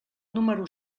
número